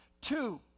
Two